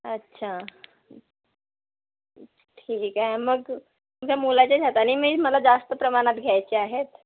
अच्छा ठीक आहे मग द्या मुलाच्याच हाताने मी मला जास्त प्रमाणात घ्यायचे आहेत